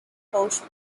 coach